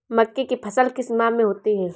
मक्के की फसल किस माह में होती है?